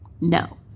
No